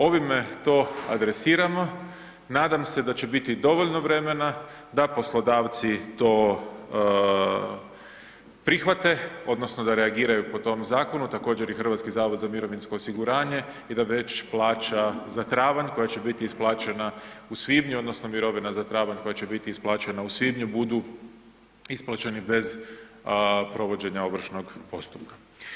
Ovime to adresiramo, nadam se da će biti dovoljno vremena da poslodavci to prihvate odnosno da reagiraju po tom zakonu, također i HZMO i da već plaća za travanj koja će biti isplaćena u svibnju odnosno mirovina za travanj koja će biti isplaćena u svibnju budu isplaćeni bez provođenja ovršnog postupka.